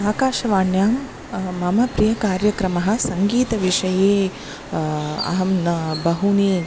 आकाशवाण्यां मम प्रियः कार्यक्रमः सङ्गीतविषये अहं न बहूनि